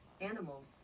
animals